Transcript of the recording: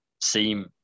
seem